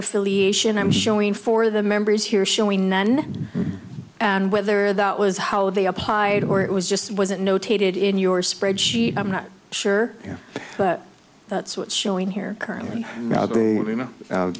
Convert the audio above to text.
affiliation i'm showing for the members here showing none and whether that was how they applied or it was just wasn't notated in your spreadsheet i'm not sure yeah but that's what's showing here current